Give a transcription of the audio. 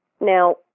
Now